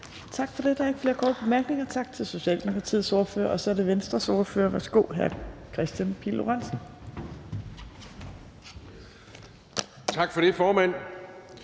Tak for det. Der er ikke flere korte bemærkninger, så tak til Socialdemokratiets ordfører. Så er det Venstres ordfører. Værsgo til hr. Kristian Pihl Lorentzen.